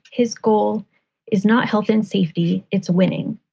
his goal is not health and safety. it's winning.